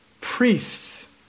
priests